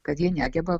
kad ji negeba